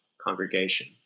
congregation